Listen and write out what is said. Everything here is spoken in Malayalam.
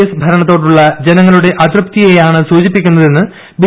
എസ് ഭരണത്തോടുള്ള ജനങ്ങളുടെ അതൃപ്തിയെയാണ് സൂചിപ്പിക്കുന്നതെന്ന് ബി